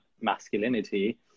masculinity